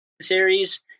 series